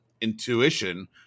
intuition